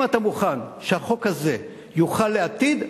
אם אתה מוכן שהחוק הזה יוחל לעתיד,